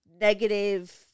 negative